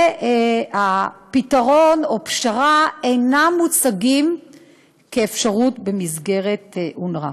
ופתרון או פשרה אינם מוצגים כאפשרות במסגרת אונר"א.